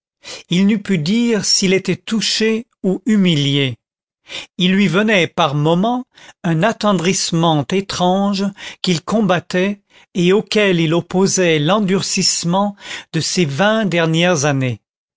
il n'eût pu dire s'il était touché ou humilié il lui venait par moments un attendrissement étrange qu'il combattait et auquel il opposait l'endurcissement de ses vingt dernières années